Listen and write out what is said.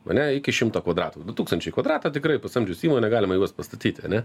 ane iki šimto kvadratų du tūkstančiai kvadratų tikrai pasamdžius įmonę galima juos pastatyti ane